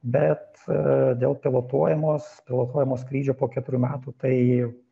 bet dėl pilotuojamos pilotuojamo skrydžio po keturių metų tai